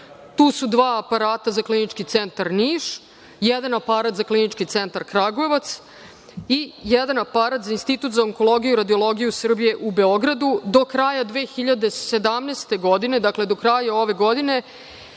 Tu su dva aparata za Klinički centar Niš, jedan aparat za Klinički centar Kragujevac i jedan aparat za Institut za onkologiju i radiologiju Srbije u Beogradu. Do kraja 2017. godine, dakle do kraja ove godine,